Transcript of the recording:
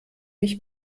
mich